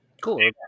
Cool